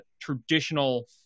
traditional